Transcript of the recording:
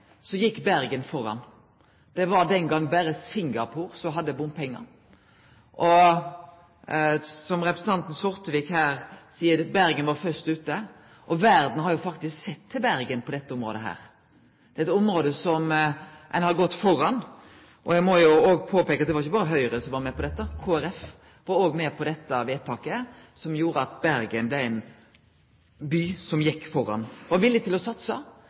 har faktisk sett til Bergen på dette området. Det er eit område der dei har gått føre. Eg må jo òg peike på at det ikkje berre var Høgre som var med på dette. Kristeleg Folkeparti var òg med på dette vedtaket, som gjorde at Bergen blei ein by som gjekk føre, som var villig til å satse,